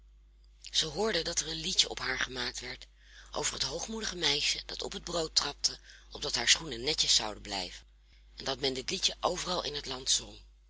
zij hoorde dat er een liedje op haar gemaakt werd over het hoogmoedige meisje dat op het brood trapte opdat haar schoenen netjes zouden blijven en dat men dit liedje overal in het land zong